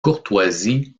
courtoise